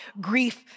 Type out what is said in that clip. grief